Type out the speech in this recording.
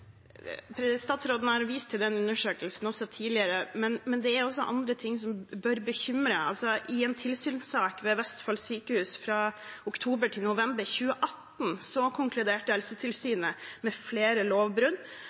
Statsråden har også tidligere vist til den undersøkelsen, men det er også andre ting som bør bekymre. I en tilsynssak ved Sykehuset i Vestfold fra oktober til november 2018 konkluderte Helsetilsynet med at det var begått flere